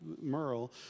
Merle